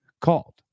called